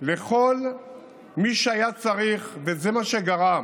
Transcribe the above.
לכל מי שהיה צריך, וזה מה שגרם